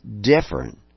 different